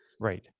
Right